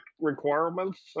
requirements